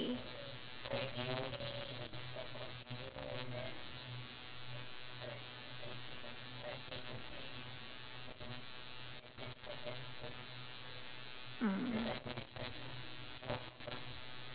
mm